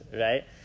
right